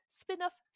spin-off